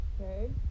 Okay